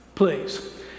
please